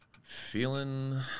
feeling